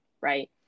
right